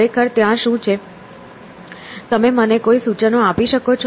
ખરેખર ત્યાં શું છે તમે મને કોઈ સૂચનો આપી શકો છો